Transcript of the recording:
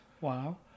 Wow